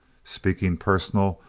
speaking personal,